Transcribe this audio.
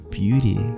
beauty